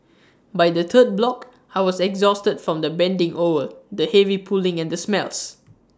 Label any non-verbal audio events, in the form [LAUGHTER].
by the third block I was exhausted from the bending over the heavy pulling and the smells [NOISE]